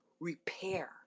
repair